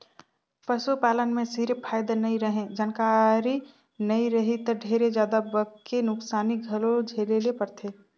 पसू पालन में सिरिफ फायदा नइ रहें, जानकारी नइ रही त ढेरे जादा बके नुकसानी घलो झेले ले परथे